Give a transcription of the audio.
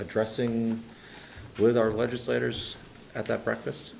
addressing with our legislators at that breakfast